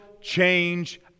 change